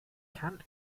kann